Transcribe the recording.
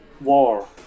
war